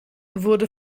wurde